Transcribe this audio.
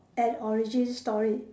and origin story